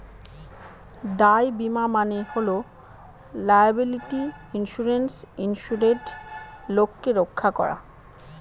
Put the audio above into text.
দায় বীমা মানে হল লায়াবিলিটি ইন্সুরেন্সে ইন্সুরেড লোককে রক্ষা করা